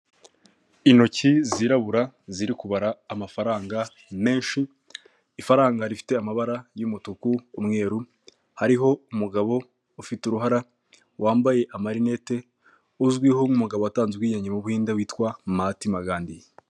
Intoki zirabura ziri kubara amafaranga menshi, ifaranga rifite amabara y'umutuku umweru, hariho umugabo ufite uruhara wambaye amarinete uzwiho nk'umugabo watanzwe ubwi mu buhinde witwa Mahati Magandhi.